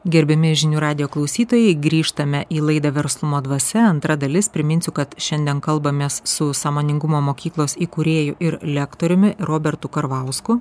gerbiami žinių radijo klausytojai grįžtame į laidą verslumo dvasia antra dalis priminsiu kad šiandien kalbamės su sąmoningumo mokyklos įkūrėju ir lektoriumi robertu karvausku